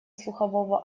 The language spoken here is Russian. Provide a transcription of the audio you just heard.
слухового